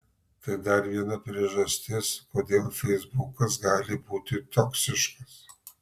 tai dar viena priežastis kodėl feisbukas gali būti toksiškas